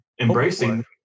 embracing